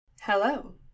Hello